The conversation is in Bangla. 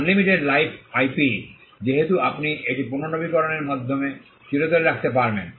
আনলিমিটেড লাইফ আইপি যেহেতু আপনি এটি পুনর্নবীকরণের মাধ্যমে চিরতরে রাখতে পারবেন